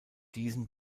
diesen